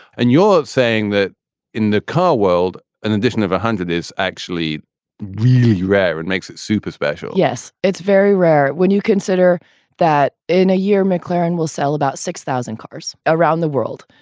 and you're saying that in the car world, an addition of one hundred is actually really rare and makes it super special yes, it's very rare when you consider that in a year, mclaren will sell about six thousand cars around the world.